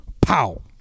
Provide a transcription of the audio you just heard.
pow